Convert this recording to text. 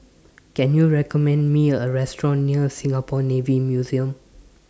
Can YOU recommend Me A Restaurant near Singapore Navy Museum